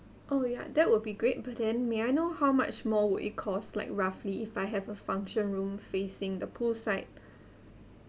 oh ya that will be great but then may I know how much more will it cost like roughly if I have a function room facing the pool side